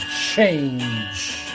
change